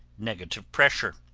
negative pressure.